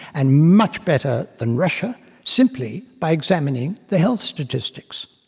and much better than russia simply by examining the health statistics.